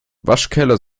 waschkeller